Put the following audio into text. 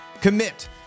commit